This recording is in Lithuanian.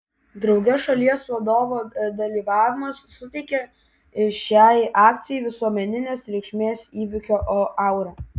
drauge šalies vadovo dalyvavimas suteikia šiai akcijai visuomeninės reikšmės įvykio aurą